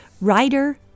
writer